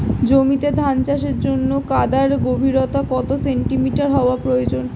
জমিতে ধান চাষের জন্য কাদার গভীরতা কত সেন্টিমিটার হওয়া প্রয়োজন?